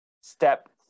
step